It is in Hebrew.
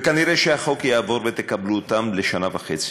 וכנראה שהחוק יעבור ותקבלו אותם לשנה וחצי: